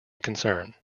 concern